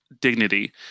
dignity